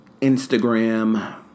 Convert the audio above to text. Instagram